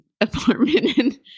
apartment